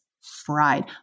fried